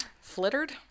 Flittered